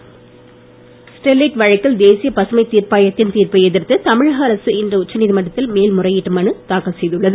Sterlite Sterlite வழக்கில் தேசிய பசுமை தீர்ப்பாயத்தின் தீர்ப்பை எதிர்த்து தமிழக அரசு இன்று உச்சநீதிமன்றத்தில் மேல் முறையீட்டு மனு தாக்கல் செய்துள்ளது